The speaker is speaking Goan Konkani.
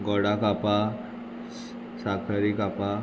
गोडा कापां साकरी कापां